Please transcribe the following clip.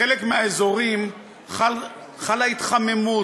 בחלק מהאזורים חלה התחממות.